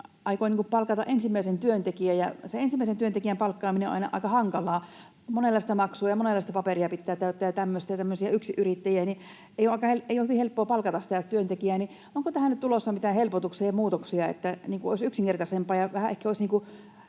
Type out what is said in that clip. aikoo palkata ensimmäisen työntekijän ja sen ensimmäisen työntekijän palkkaaminen on aina aika hankalaa — on monenlaista maksua ja monenlaista paperia pitää täyttää ja tämmöistä, ei tämmöisen yksinyrittäjän ole niin helppoa palkata sitä työntekijää — niin onko tähän tulossa mitään helpotuksia ja muutoksia, että olisi yksinkertaisempaa ja vähän ehkä olisi